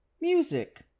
music